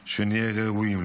שנהיה ראויים להם.